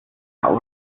sau